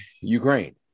Ukraine